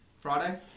Friday